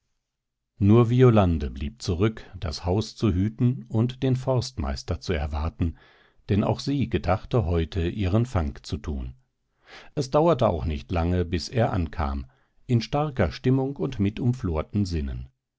nur violande blieb zurück das haus zu hüten und den forstmeister zu erwarten denn auch sie gedachte heute ihren fang zu tun es dauerte auch nicht lange bis er ankam in starker stimmung und mit umflorten sinnen